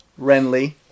Renly